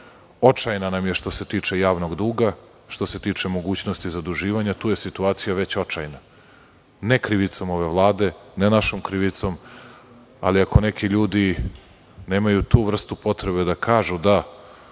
Očajna nam je što se tiče javnog duga, što se tiče mogućnosti zaduživanja. Tu je već situacija očajna, ali ne krivicom ove Vlade, ne našom krivicom. Ali, ako neki ljudi nemaju tu vrstu potrebe da kažu da